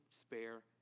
spare